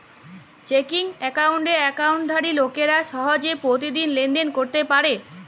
checking একাউল্টে একাউল্টধারি লোকেরা সহজে পতিদিল লেলদেল ক্যইরতে পারে